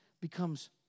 becomes